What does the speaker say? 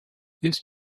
this